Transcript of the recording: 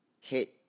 hit